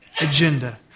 agenda